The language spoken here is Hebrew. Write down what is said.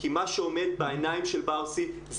כי מה שעומד בעיניים של בר סימן טוב,